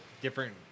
different